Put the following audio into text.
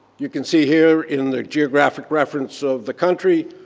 you can see here in the geographic reference of the country,